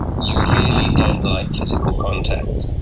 you really don't like physical contact,